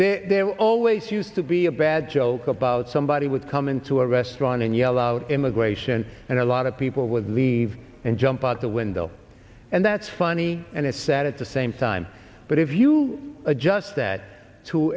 are always used to be a bad joke about somebody would come into a restaurant and yell out immigration and a lot of people would leave and jump out the window and that's funny and it's sad at the same time but if you adjust that to